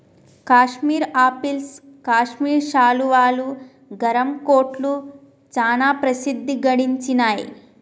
Kashmir apples Kashmir శాలువాలు, గరం కోట్లు చానా ప్రసిద్ధి గడించినాయ్